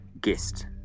guest